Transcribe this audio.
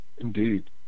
Indeed